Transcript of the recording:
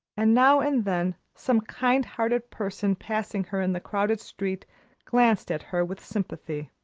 and now and then some kind-hearted person passing her in the crowded street glanced at her with sympathy.